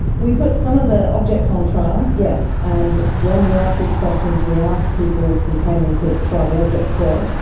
we put some of the objects on trial, yes, and when we asked these questions we asked people who came into trial the objects for us,